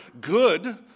good